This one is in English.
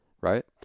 right